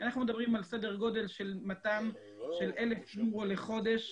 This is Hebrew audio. אנחנו מדברים על סדר גודל של 1,000 יורו לחודש